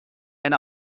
and